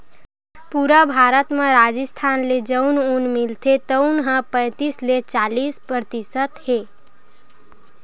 पूरा भारत म राजिस्थान ले जउन ऊन मिलथे तउन ह पैतीस ले चालीस परतिसत हे